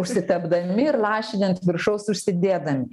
užsitepdami ir lašinį ant viršaus užsidėdami